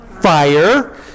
fire